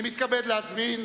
אני מתכבד להזמין